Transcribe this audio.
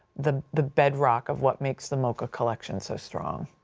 the, the bedrock of what makes the moca collection so strong.